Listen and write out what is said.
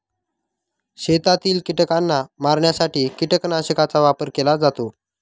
शेतातील कीटकांना मारण्यासाठी कीटकनाशकांचा वापर केला जातो